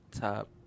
top